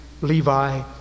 Levi